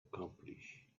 accomplish